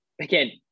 Again